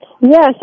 Yes